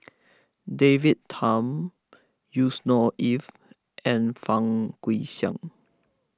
David Tham Yusnor Ef and Fang Guixiang